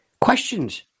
questions